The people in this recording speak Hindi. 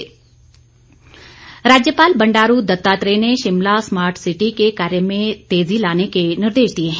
राज्यपाल राज्यपाल बंडारू दत्तात्रेय ने शिमला स्मार्ट सिटी के कार्य में तेजी लाने के निर्देश दिए हैं